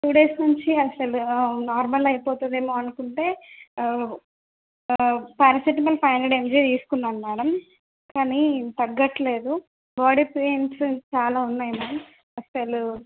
two days నుంచి అసలు normal అయిపోతుంది ఏమో అనుకుంటే ప్యారాసెటిమల్ ఫైవ్ హండ్రెడ్ ఎంజి తీసుకున్నాను మ్యాడమ్ కానీ తగ్గట్లేదు బాడీ పెయిన్స్ చాలా ఉన్నాయి మ్యామ్ అసలు